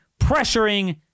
pressuring